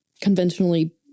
conventionally